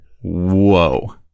Whoa